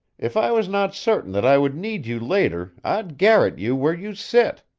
if i was not certain that i would need you later i'd garrote you where you sit.